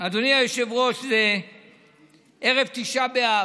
אדוני היושב-ראש, זה ערב תשעה באב.